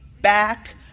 back